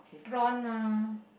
prawn ah